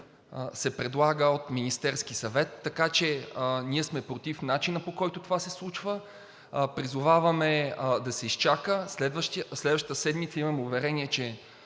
се предлага от Министерския съвет. Така че ние сме против начина, по който това се случва. Призоваваме да се изчака. Следващата седмица имаме уверение, че